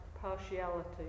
partiality